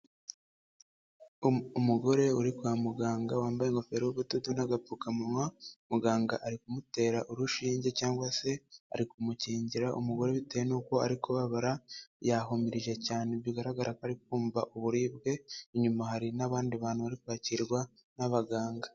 Umugore uri kwa muganga wambaye ingofero y'ubudodo n'agapfukamunwa muganga ari kumutera urushinge cyangwa se ari kumukingira umugore bitewe n'uko ari kubabara yahumirije cyane bigaragara ko ari kumva uburibwe, inyuma hari n'abandi bantu bari kwakirwa n'abaganga.